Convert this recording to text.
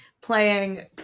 playing